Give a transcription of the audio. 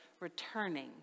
returning